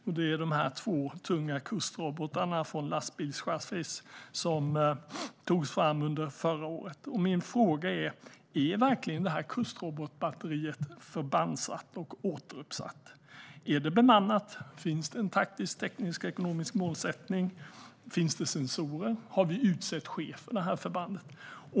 Det gäller de två tunga kustrobotarna på lastbil som togs fram under förra året. Är det kustrobotbatteriet verkligen förbandsatt och återuppsatt? Är det bemannat? Finns det taktisk, teknisk och ekonomisk målsättning? Finns det sensorer? Har vi utsett chef för det förbandet? Herr talman!